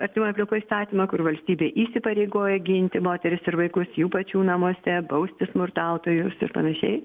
artimoj aplinkoj įstatymą kur valstybė įsipareigoja ginti moteris ir vaikus jų pačių namuose bausti smurtautojus ir panašiai